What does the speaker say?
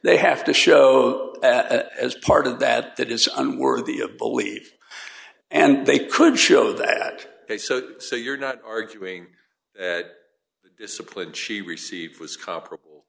they have to show as part of that that is unworthy of believe and they could show that they so say you're not arguing that discipline she received was comparable